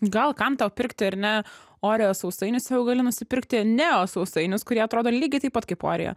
gal kam tau pirkti ar ne oreo sausainius jeigu gali nusipirkti neo sausainius kurie atrodo lygiai taip pat kaip oreo